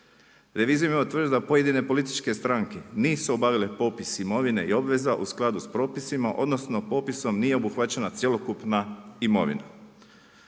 Revizijom je utvrđeno da pojedine političke stranke nisu obavile popis imovine i obveza u skladu s propisima odnosno popisom nije obuhvaćena cjelokupna imovina.